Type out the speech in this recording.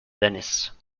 venice